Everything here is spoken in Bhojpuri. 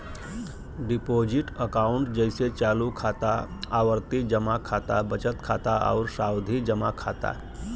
डिपोजिट अकांउट जइसे चालू खाता, आवर्ती जमा खाता, बचत खाता आउर सावधि जमा खाता